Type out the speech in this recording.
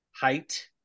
height